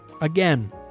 Again